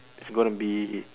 it's gonna be